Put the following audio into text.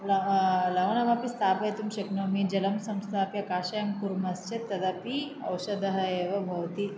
लवणमपि स्थापयितुं शक्नोमि जलं संस्थाप्य कषायं कुर्मश्चेत् तदपि औषधः एव भवति